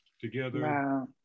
together